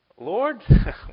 Lord